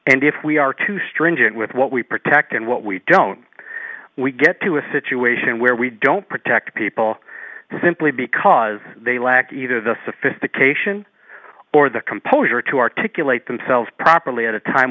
if we are too stringent with what we protect and what we don't we get to a situation where we don't protect people simply because they lack either the sophistication or the composure to articulate themselves properly at a time